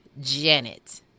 Janet